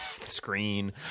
Screen